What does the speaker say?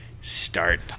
start